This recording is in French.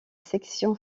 section